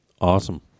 Awesome